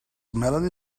melanie